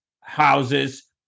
houses